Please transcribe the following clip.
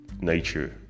nature